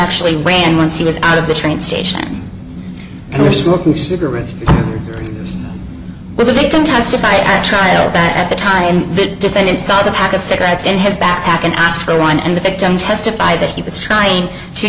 actually ran once he was out of the train station and were smoking cigarettes with it to testify at trial that at the time the defendant saw the pack of cigarettes in his backpack and asked for one and the victim testified that he was trying to